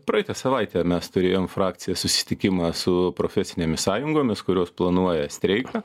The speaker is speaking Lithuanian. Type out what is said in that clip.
praeitą savaitę mes turėjom frakcija susitikimą su profesinėmis sąjungomis kurios planuoja streiką